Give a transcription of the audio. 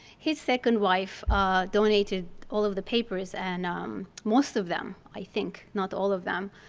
his second wife donated all of the papers and um most of them i think, not all of them,